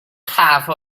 have